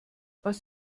was